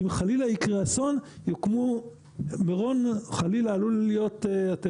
אם חלילה יקרה אסון, זה יכול